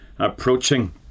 approaching